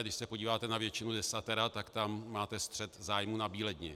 Když se podíváte na většinu desatera, tak tam máte střet zájmů nabíledni.